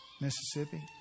Mississippi